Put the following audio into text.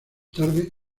tarde